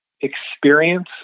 experience